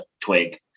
twig